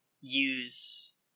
use